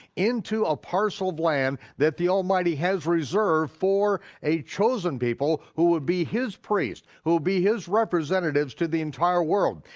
into a parcel of land that the almighty has reserved for a chosen people who would be his priests, who would be his representatives to the entire world.